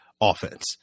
offense